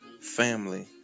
Family